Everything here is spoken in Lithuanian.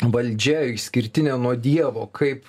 valdžia išskirtinė nuo dievo kaip